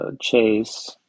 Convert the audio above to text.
Chase